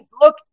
Look